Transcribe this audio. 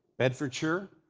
bedfordshire,